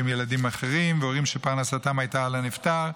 שהם ילדים אחרים והורים שפרנסתם הייתה על הנפטר,